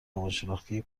روانشناختی